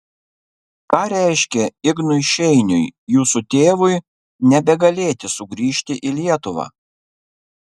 ką reiškė ignui šeiniui jūsų tėvui nebegalėti sugrįžti į lietuvą